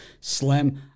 Slim